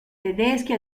tedeschi